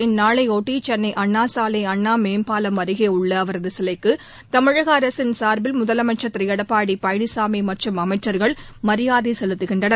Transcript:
இந்நாளையொட்டிசென்னைஅண்ணாசாலை அண்ணாமேம்பாலம் அருகேஉள்ளஅவரதுசிலைக்குதமிழகஅரசின் முதலமைச்சர் திருளடப்பாடிபழனிசாமிமற்றும் அமைச்சர்கள் மரியாதைசெலுத்துகின்றனர்